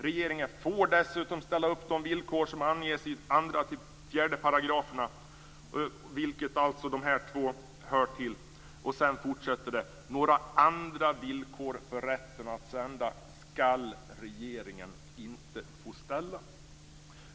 Regeringen får dessutom ställa upp de villkor som anges i §§ 2-4, vilka dessa två punkter hör till. Det fortsätter med uppgiften att regeringen inte skall få ställa några andra villkor för rätten att sända.